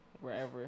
wherever